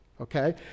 okay